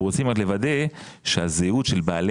אנחנו רוצים עוד לוודא שהזהות של בעלי